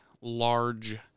large